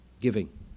giving